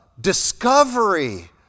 discovery